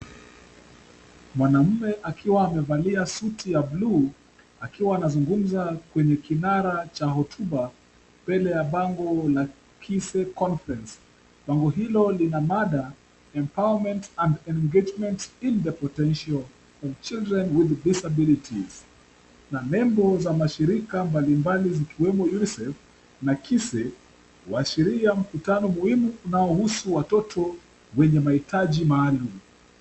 Mwanaume akiwa amevalia suti ya buluu, akiwa anazungumza kwenye kinara cha hotuba, mbele ya bango la KISE conference . Bango hilo lina mada empowerment and engagement in potential of children with disabilities na nembo za mashirika mbali mbali zikiwemo UNICEF na KISE, kuashiria mkutano muhimu unaohusu watoto wenye mahitaji maalum.